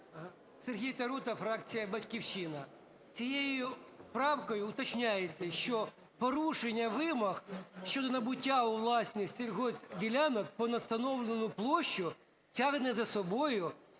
Сергій Тарута, фракція "Батьківщина". Цією правкою уточнюється, що порушення вимог щодо набуття у власність сільгоспділянок понад встановлену площу тягне за собою